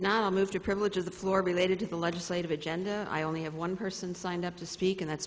not move to privilege of the floor related to the legislative agenda i only have one person signed up to speak and that's